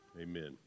amen